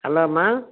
hello அம்மா